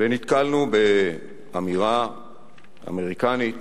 ונתקלנו באמירה אמריקנית